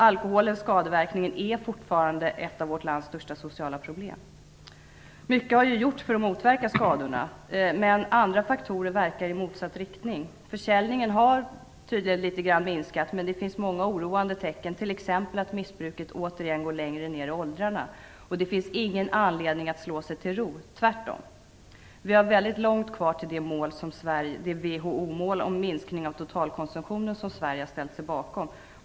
Alkoholens skadeverkningar är fortfarande ett av vårt lands största sociala problem. Mycket har gjorts för att motverka skadorna, men andra faktorer verkar i motsatt riktning. Försäljningen har tydligen minskat litet grand, men det finns många oroande tecken, t.ex. att missbruket återigen går längre ner i åldrarna. Det finns ingen anledning att slå sig till ro, tvärtom. Vi har väldigt långt kvar tills vi har uppnått det WHO-mål om en minskning av totalkonsumtionen som Sverige har ställt sig bakom.